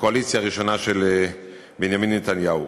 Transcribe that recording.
בקואליציה הראשונה של בנימין נתניהו.